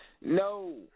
No